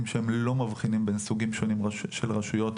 שאינם מבחינים בין סוגים שונים של רשויות.